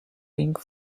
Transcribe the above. pink